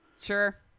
Sure